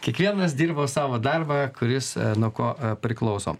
kiekvienas dirbo savo darbą kuris nuo ko priklauso